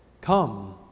Come